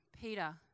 Peter